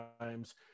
times